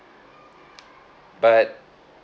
but